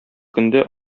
көндә